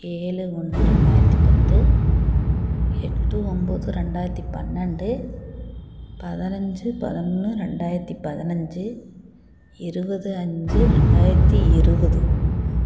ஏழு ஒன்று ரெண்டாயிரத்தி பத்து எட்டு ஒன்பது ரெண்டாயிரத்தி பன்னெண்டு பதினைஞ்சி பதினொன்று ரெண்டாயிரத்தி பதினைஞ்சி இருபது அஞ்சு ரெண்டாயிரத்தி இருபது